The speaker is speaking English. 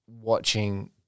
watching